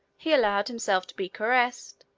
he allowed himself to be caressed.